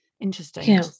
interesting